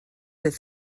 beth